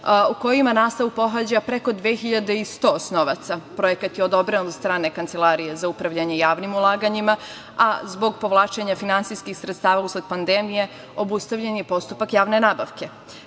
u kojima nastavu pohađa preko 2.100 osnovaca. Projekat je odobren od strane Kancelarije za upravljanje javnim ulaganjima, a zbog povlačenja finansijskih sredstava usled pandemije obustavljen je postupak javne nabavke. Zatim,